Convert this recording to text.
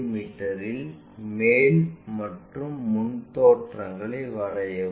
me இல் மேல் மற்றும் முன் தோற்றம்களை வரையவும்